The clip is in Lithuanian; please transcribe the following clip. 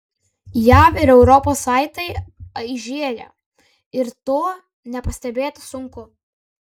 jav ir europos saitai aižėja ir to nepastebėti sunku